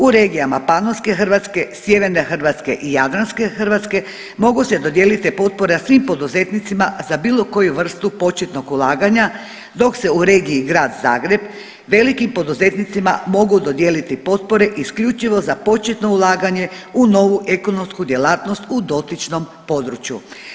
U regijama Panonske Hrvatske, Sjeverne Hrvatske i Jadranske Hrvatske mogu se dodijeliti te potpore svim poduzetnicima za bilo koju vrstu početnog ulaganja, dok se u regiji Grad Zagreb velikim poduzetnicima mogu dodijeliti potpore isključivo za početno ulaganje u novu ekonomsku djelatnost u dotičnom području.